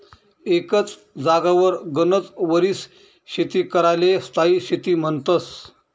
एकच जागावर गनच वरीस शेती कराले स्थायी शेती म्हन्तस